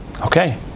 Okay